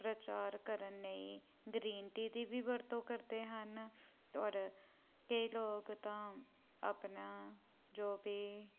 ਪ੍ਰਚਾਰ ਕਰਨ ਲਈ ਗਰੀਨ ਟੀ ਦੀ ਵੀ ਵਰਤੋਂ ਕਰਦੇ ਹਨ ਔਰ ਕਈ ਲੋਕ ਤਾਂ ਆਪਣਾ ਜੋ ਵੀ